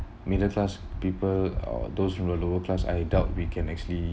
middle class people uh those on the lower class I doubt we can actually